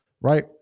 right